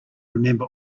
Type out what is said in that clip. remember